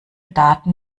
daten